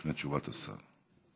לפני תשובת השר.